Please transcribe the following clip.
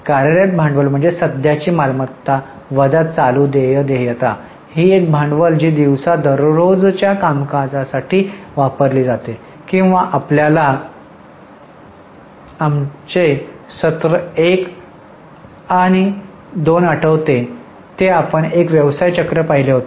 कार्यरत भांडवल म्हणजे सध्याची मालमत्ता वजा चालू देय देयता ही एक भांडवल आहे जी दिवसा दररोजच्या कामासाठी वापरली जाते किंवा आपल्याला आमचे सत्र 1 आणि 2 आठवते तर आपण एक व्यवसाय चक्र पाहिले होते